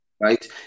right